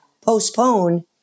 postpone